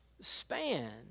span